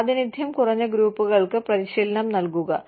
പ്രാതിനിധ്യം കുറഞ്ഞ ഗ്രൂപ്പുകൾക്ക് പരിശീലനം നൽകുക